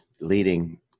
leading